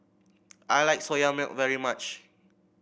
I like Soya Milk very much